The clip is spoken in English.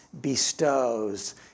bestows